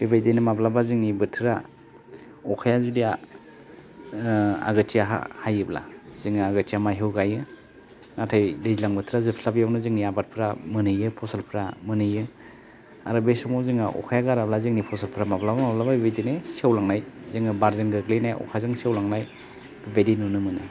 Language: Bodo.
बेबायदिनो माब्लाबा जोंनि बोथोरा अखाया जुदि आगोथिया हायोब्ला जोङो आगोथिया माइखौ गाइयो नाथाय दैज्लां बोथोरा जोबस्लाबैयावनो जोंनि आबादफ्रा मोनहैयो फसलफ्रा मोनहैयो आरो बे समाव जोङा अखाया गाराब्ला जोंनि फसलफ्रा माब्लाबा माब्लाबा बिदिनो सेवलांनाय जोङो बारजों गोग्लैनाय अखाजों सेवलांनाय बायदि नुनो मोनो